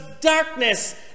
darkness